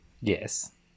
Yes